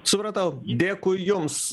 supratau dėkui jums